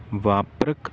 ਵਾਪਰਕ